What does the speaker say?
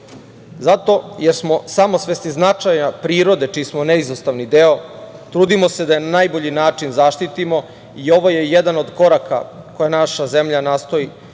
moći. Zato jesmo samosvesni značaja prirode čiji smo neizostavni deo, trudimo se da na najbolji način zaštitimo i ovo je jedan od koraka, koje naša zemlja nastoji